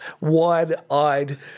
wide-eyed